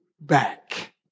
back